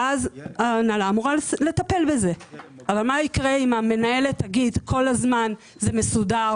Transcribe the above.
אז ההנהלה אמורה לטפל בזה אבל מה יקרה אם המנהלת תגיד כל הזמן זה מסודר,